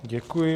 Děkuji.